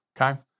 Okay